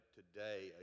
today